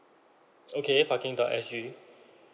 okay parking dot S G